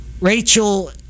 Rachel